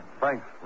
thanks